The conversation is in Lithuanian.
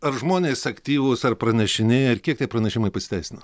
ar žmonės aktyvūs ar pranešinėja ir kiek tie pranešimai pasiteisina